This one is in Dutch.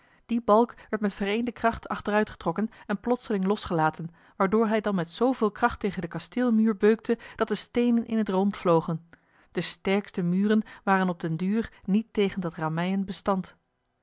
die balk werd met vereende kracht achteruit getrokken en plotseling losgelaten waardoor hij dan met zooveel kracht tegen den kasteelmuur beukte dat de steenen in het rond vlogen de sterkste muren waren op den duur niet tegen dat rammeien bestand